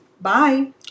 bye